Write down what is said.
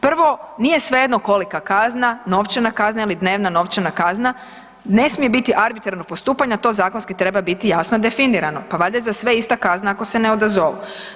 Prvo nije svejedno kolika kazna, novčana kazna ili dnevna novčana kazna, ne smije biti arbitrarnog postupanja to zakonski treba biti jasno definirano pa valjda je za sve ista kazna ako se ne odazovu.